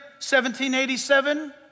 1787